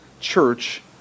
church